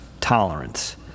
tolerance